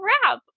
crap